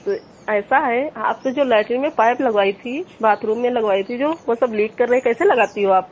तो ऐसा है आपसे जो लैटरीन में पाइप लगवाई थी बाथरूम में लगवाई थी जो वो सब लीक कर रही कैसे लगाती हो आप